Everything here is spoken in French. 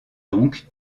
donc